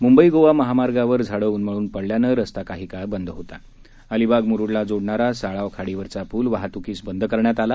मुंबई गोवा महामार्गावर झाडं उन्मळून पडल्यानं रस्ता काही काळ बंद पडला होता अलिबाग मुरूडला जोडणारा साळाव खाडीवरचा पूल वाहतुकीस बंद करण्यात आला